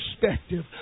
perspective